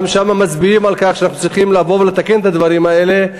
גם שם מצביעים על כך שאנחנו צריכים לבוא ולתקן את הדברים האלה,